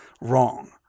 wrong